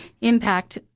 impact